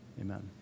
amen